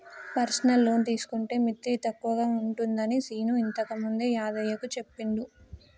personal loan తీసుకుంటే మిత్తి తక్కువగా ఉంటుందని శీను ఇంతకుముందే యాదయ్యకు చెప్పిండు